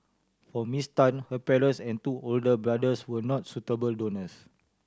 for Miss Tan her parents and two older brothers were not suitable donors